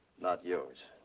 not yours.